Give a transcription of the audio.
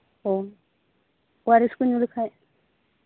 ᱳ ᱳᱟᱨᱤᱥ ᱠᱩᱧ ᱧᱩ ᱞᱮᱠᱷᱟᱡ